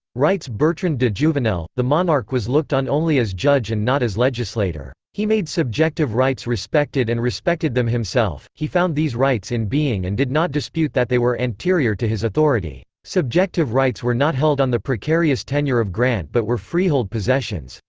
writes bertrand de jouvenel the monarch was looked on only as judge and not as legislator. he made subjective rights respected and respected them himself he found these rights in being and did not dispute that they were anterior to his authority. subjective rights were not held on the precarious tenure of grant but were freehold possessions.